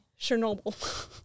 chernobyl